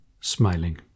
Smiling